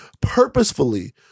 purposefully